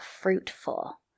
fruitful